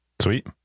sweet